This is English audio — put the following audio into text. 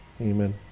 Amen